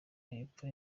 hepfo